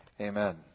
Amen